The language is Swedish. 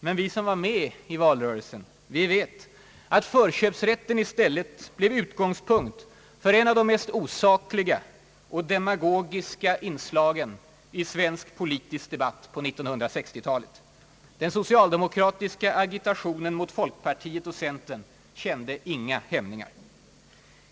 Men vi som var med i valrörelsen vet att förköpsrätten i stället blev utgångspunkt för ett av de mest osakliga och demagogiska inslagen i svensk politisk debatt på 1960-talet. Den socialdemokratiska agitationen mot folkpartiet och centern kände inga hämningar.